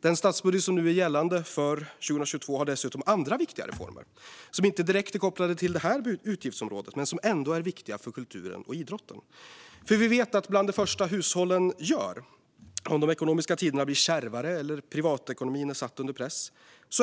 Den statsbudget som nu är gällande för 2022 innehåller dessutom andra viktiga reformer som inte direkt är kopplade till detta utgiftsområde, men som ändå är viktiga för kulturen och idrotten. Vi vet att bland det första hushållen gör om de ekonomiska tiderna blir kärvare eller privatekonomin blir satt under press